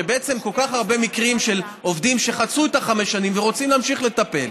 כל כך הרבה מקרים של עובדים שחצו את חמש השנים ורוצים להמשיך לטפל,